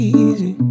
easy